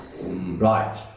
Right